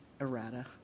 errata